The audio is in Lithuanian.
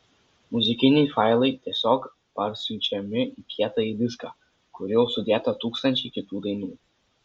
muzikiniai failai tiesiog parsiunčiami į kietąjį diską kur jau sudėta tūkstančiai kitų dainų